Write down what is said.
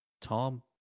Tom